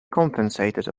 compensated